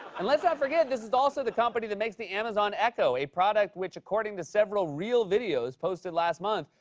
and let's not forget, this is also the company that makes the amazon echo. a product which, according to several real videos posted last month,